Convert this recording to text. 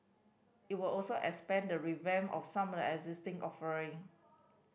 it will also expand the revamp of some existing offering